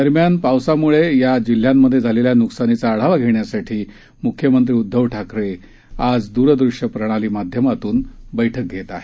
दरम्यान पावसामुळे या जिल्ह्यांमध्ये झालेल्या नुकसानाचा आढावा घेण्यासाठी मुख्यमंत्री उद्दव ठाकरे आज दूरदृश्य प्रणाली माध्यमातून बैठक घेत आहेत